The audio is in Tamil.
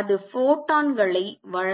அது ஃபோட்டான்களை வழங்குகிறது